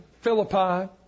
Philippi